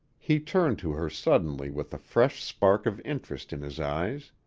he turned to her suddenly with a fresh spark of interest in his eyes.